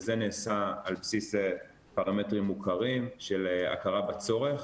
וזה נעשה על בסיס פרמטרים מוכרים של הכרה בצורך